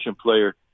player